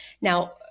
Now